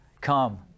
Come